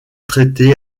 traité